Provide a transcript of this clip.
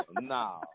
no